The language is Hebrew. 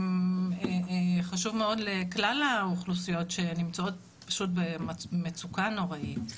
חשוב לכלל האוכלוסיות שנמצאות במצוקה נוראית.